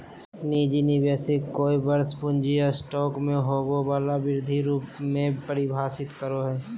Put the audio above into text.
निजी निवेशक कोय वर्ष पूँजी स्टॉक में होबो वला वृद्धि रूप में परिभाषित करो हइ